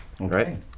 Okay